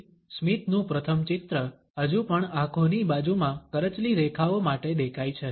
તેથી સ્મિતનું પ્રથમ ચિત્ર Refer time 1912 હજુ પણ આંખોની બાજુમાં કરચલી રેખાઓ માટે દેખાય છે